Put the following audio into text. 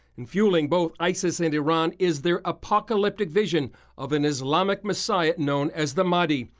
and fueling both isis and iran is their apocalyptic vision of an islamic messiah known as the mahdi.